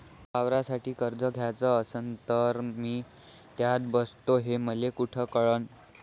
वावरासाठी कर्ज घ्याचं असन तर मी त्यात बसतो हे मले कुठ कळन?